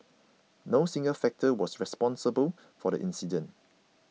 no single factor was responsible for the incident